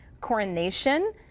coronation